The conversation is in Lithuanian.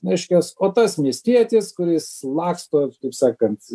reiškias o tas miestietis kuris laksto kaip sakant